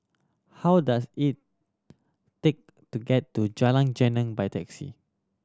how does it take to get to Jalan Geneng by taxi